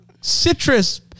citrus